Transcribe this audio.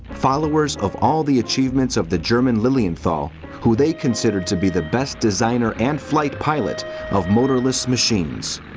followers of all the achievements of the german lilienthal who they considered to be the best designer and flight pilot of motorless machines.